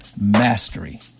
Mastery